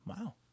Wow